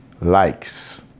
likes